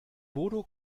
bodo